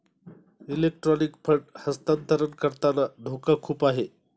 electronic fund हस्तांतरण करताना धोका खूप आहे